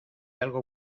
algo